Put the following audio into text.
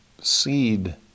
seed